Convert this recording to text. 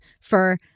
for-